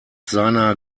seiner